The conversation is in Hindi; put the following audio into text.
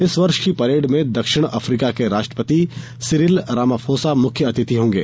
इस वर्ष की परेड में दक्षिण अफ्रीका के राष्ट्रपति सिरिल रामाफोसा मुख्य अतिथि होंगे